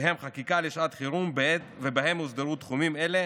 שהם חקיקה לשעת חירום, ובהם הוסדרו תחומים אלה